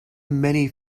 many